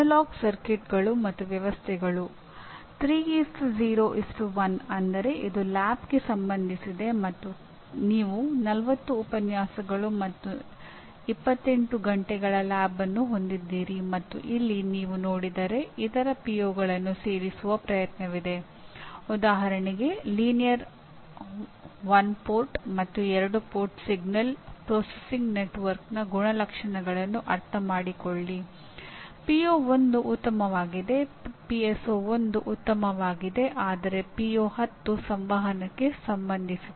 analogue ಸರ್ಕ್ಯೂಟ್ಗಳು ಮತ್ತು ವ್ಯವಸ್ಥೆಗಳು ಸಂವಹನಕ್ಕೆ ಸಂಬಂಧಿಸಿದೆ